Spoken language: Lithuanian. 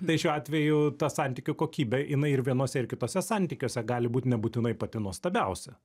tai šiuo atveju ta santykių kokybė jinai ir vienuose ir kituose santykiuose gali būt nebūtinai pati nuostabiausia